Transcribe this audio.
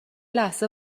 لحظه